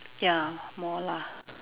ya more lah